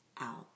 out